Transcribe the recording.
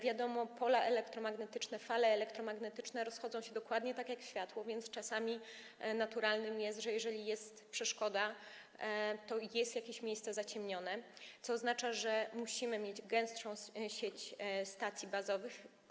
Wiadomo, pola elektromagnetyczne, fale elektromagnetyczne rozchodzą się dokładnie tak jak światło, więc czasami naturalne jest, że jeżeli jest przeszkoda, to jest jakieś miejsce zaciemnione, co oznacza, że musimy mieć gęstszą sieć stacji bazowych.